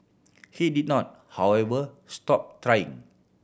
he did not however stop trying